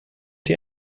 die